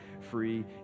free